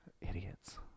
idiots